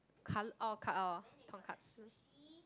cutl~ orh cut orh tonkatsu